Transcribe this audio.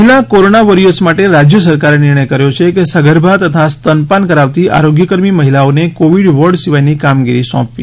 મહિલા corona warriors માટે રાજય સરકારે નિર્ણય કર્યો છે કે સગર્ભા તથા સ્તનપાન કરાવતી આરોગ્યકર્મી મહિલાઓને કોવિડ વોર્ડ સિવાયની કામગીરી સોંપવી